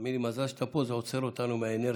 תאמין לי, מזל שאתה פה, זה עוצר אותנו מהאינרציה,